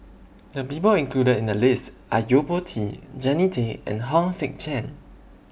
The People included in The list Are Yo Po Tee Jannie Tay and Hong Sek Chern